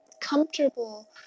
comfortable